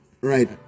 Right